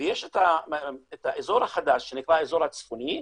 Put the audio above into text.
ויש את האזור החדש שנקרא האזור הצפוני,